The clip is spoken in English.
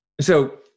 so-